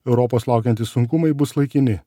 europos laukiantys sunkumai bus laikini